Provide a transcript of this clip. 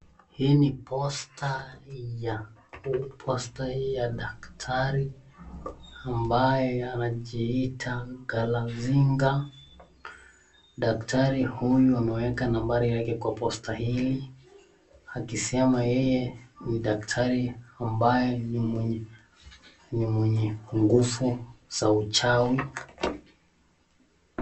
Hii ni posta ya daktari , ambayo anajiita kalazinga. Daktari huyu ameweka nambari yake kwa posta hili akisema yeye ni daktari mwenye nguvu za uchawi.